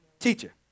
Teacher